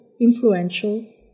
influential